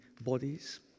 bodies